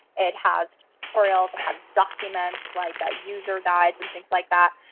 it has tutorials. it has documents like ah user guides and things like that.